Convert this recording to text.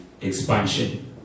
expansion